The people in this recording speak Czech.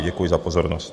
Děkuji za pozornost.